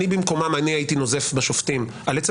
אני במקומם הייתי נוזף בשופטים על עצם